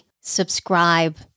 subscribe